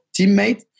teammate